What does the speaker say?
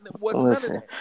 Listen